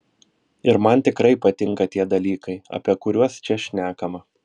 ir man tikrai patinka tie dalykai apie kuriuos čia šnekama